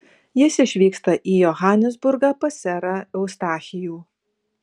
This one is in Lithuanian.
jis išvyksta į johanesburgą pas serą eustachijų